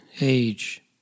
age